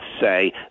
say